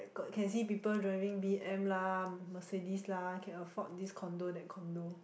got can see people driving B_M lah Mercedes lah can afford this condo that condo